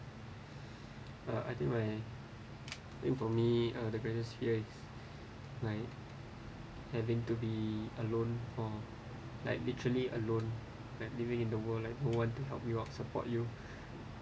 uh I think my I think for me the greatest fear is like having to be alone for like literally alone like living in the world like no one to help you out support you